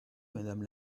madame